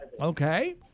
Okay